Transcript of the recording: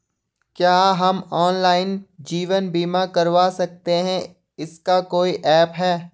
क्या हम ऑनलाइन जीवन बीमा करवा सकते हैं इसका कोई ऐप है?